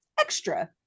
extra